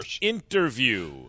interview